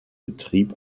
betrieb